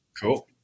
Cool